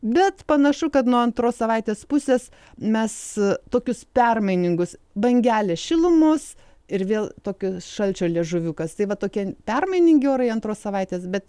bet panašu kad nuo antros savaitės pusės mes tokius permainingus bangelė šilumos ir vėl tokio šalčio liežuviukas tai va tokie permainingi orai antros savaitės bet